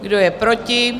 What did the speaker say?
Kdo je proti?